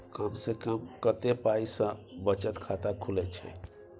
कम से कम कत्ते पाई सं बचत खाता खुले छै?